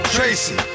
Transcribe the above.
Tracy